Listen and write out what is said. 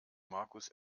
markus